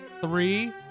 Three